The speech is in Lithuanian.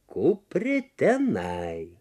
kuprė tenai